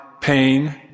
pain